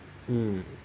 hmm